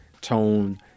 tone